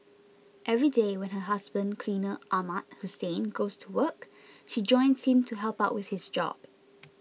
every day when her husband cleaner Ahmad Hussein goes to work she joins him to help out with his job